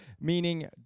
meaning